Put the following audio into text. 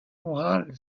moral